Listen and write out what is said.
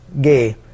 gay